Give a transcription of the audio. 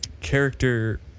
character